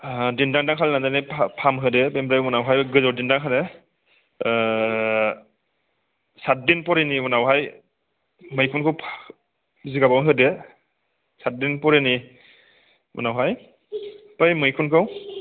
दिन्दां दां खालायनानै पाम्प होदो बिनिफ्राय उनावहाय गोजौआव दिन्दां खादो साथदिन फरेनि उनावहाय मैखुनखौ जिगाबाव होदो साथदिन फरेनि उनावहाय बै मैखुनखौ